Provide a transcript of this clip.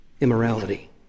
immorality